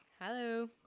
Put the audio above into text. Hello